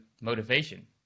motivation